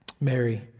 Mary